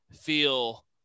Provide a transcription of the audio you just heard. feel